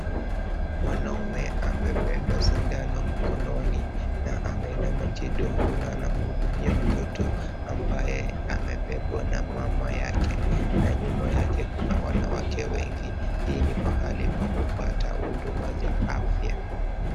Mwanaume amebeba sindano mkononi na ameinama kidogo na anamhudumia mtoto ambaye amepepwa na mama yake na nyuma yake kuna wanawake wengi hii ni pahali pa kupata huduma za afya.